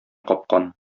капкан